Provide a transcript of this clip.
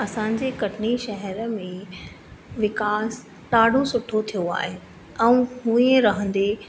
असांजे कटनी शहर में विकास ॾाढो सुठो थियो आहे ऐं उहे रहंदे